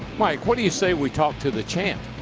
mike, what do you say we talk to the champ?